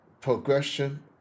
progression